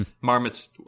marmots